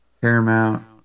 Paramount